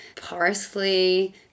parsley